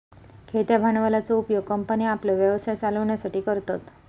खेळत्या भांडवलाचो उपयोग कंपन्ये आपलो व्यवसाय चलवच्यासाठी करतत